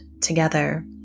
together